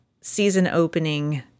season-opening